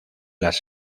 las